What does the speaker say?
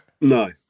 No